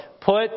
put